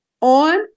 on